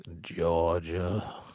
Georgia